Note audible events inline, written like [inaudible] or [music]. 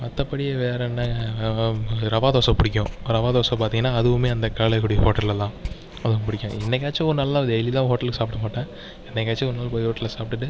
மற்றபடி வேற என்ன [unintelligible] ரவா தோசை பிடிக்கும் ரவா தோசை பார்த்திங்கன்னா அதுவும் அந்த காளியாக்குடி ஹோட்டலில் தான் அதுவும் பிடிக்கும் என்னைக்காச்சும் ஒரு நாள் தான் டெய்லியும் ஹோட்டலில் சாப்பிட மாட்டேன் என்னைக்காச்சும் ஒரு நாள் போய் ஹோட்டலில் சாப்ட்டுட்டு